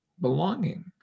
belonging